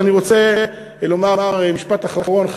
ואני רוצה לומר משפט אחרון.